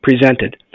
Presented